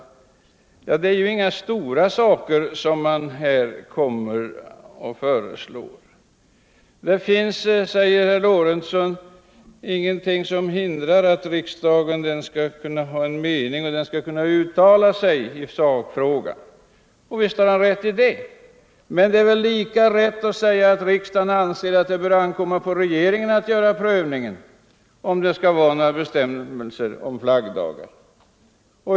Det är inga stora saker som föreslås i reservationen. Det finns, säger herr Lorentzon, inget som hindrar att riksdagen har en mening och uttalar sig i sakfrågan. Och visst har han rätt i det. Men det är lika riktigt att säga att riksdagen anser att det bör ankomma på regeringen att göra prövningen av om det skall finnas några bestämmelser om flaggdagar.